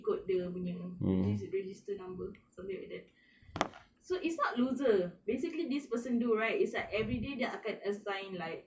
ikut dia punya register number something like that so it's not loser basically this person do right is like everyday dia akan assign like